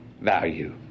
value